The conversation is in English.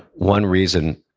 one reason,